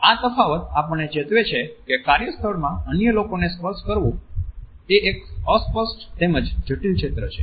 આ તફાવત આપણને ચેતવે છે કે કાર્યસ્થળમાં અન્ય લોકોને સ્પર્શ કરવો એ એક અસ્પષ્ટ તેમજ જટિલ ક્ષેત્ર છે